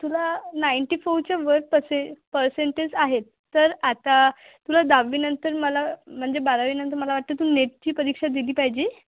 तुला नाईन्टी फोरच्यावर पर परसेंटेज आहेत तर आता तुला दहावीनंतर मला म्हणजे बारावीनंतर मला वाटत तू नीटची परीक्षा दिली पाहिजे